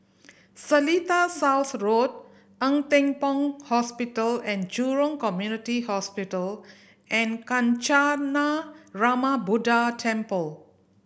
Seletar South Road Ng Teng Fong Hospital And Jurong Community Hospital and Kancanarama Buddha Temple